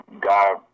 god